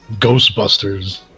Ghostbusters